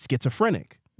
schizophrenic